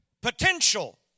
potential